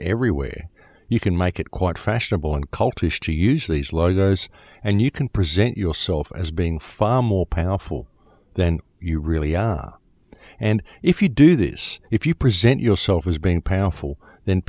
way you can make it quite fashionable and cultish to use these lawyers and you can present yourself as being far more powerful than you really are and if you do this if you present yourself as being powerful th